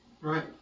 Right